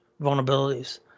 vulnerabilities